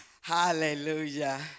Hallelujah